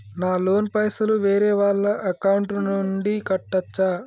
నా లోన్ పైసలు వేరే వాళ్ల అకౌంట్ నుండి కట్టచ్చా?